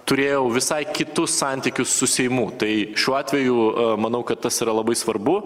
turėjau visai kitus santykius su seimu tai šiuo atveju manau kad tas yra labai svarbu